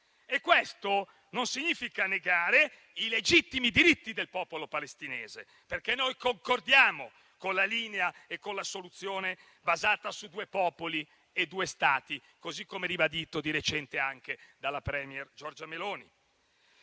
E questo non significa negare i legittimi diritti del popolo palestinese, perché noi concordiamo con la linea e con la soluzione basata su due popoli e due Stati, così come ribadito di recente anche dalla *premier* Giorgia Meloni.